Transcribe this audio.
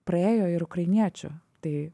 praėjo ir ukrainiečių tai